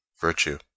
virtue